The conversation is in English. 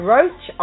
Roach